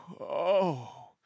oh